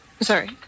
sorry